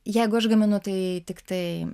jeigu aš gaminu tai tiktai